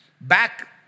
Back